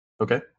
Okay